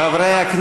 חלילה.